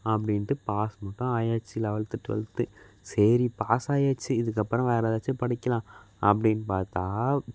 அப்படின்ட்டு பாஸ் மட்டும் ஆகியாச்சி லெவல்த்து ட்வெல்த்து சரி பாஸ் ஆகியாச்சி இதுக்கப்புறம் வேறு ஏதாச்சு படிக்கலாம் அப்படின்னு பார்த்தா